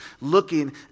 looking